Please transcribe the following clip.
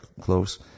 close